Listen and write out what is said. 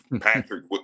Patrick